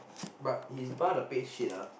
but his bar the pay shit lah